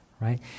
right